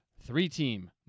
three-team